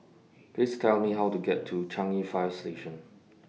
Please Tell Me How to get to Changi Fire Station